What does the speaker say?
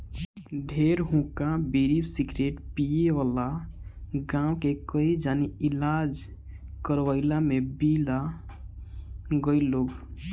ढेर हुक्का, बीड़ी, सिगरेट पिए वाला गांव के कई जानी इलाज करवइला में बिला गईल लोग